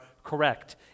correct